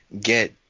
get